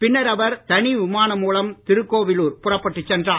பின்னர் அவர் தனி விமானம் மூலம் திருக்கோவிலூர் புறப்பட்டு சென்றார்